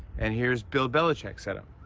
and here's bill belichick's setup.